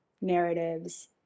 narratives